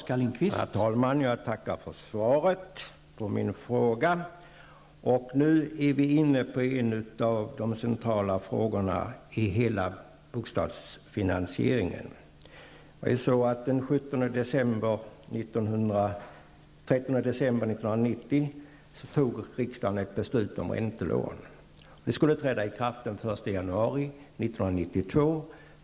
Herr talman! Jag tackar för svaret på min fråga. Nu är vi inne på en av de mest centrala frågor när det gäller bostadsfinansieringen. 1992.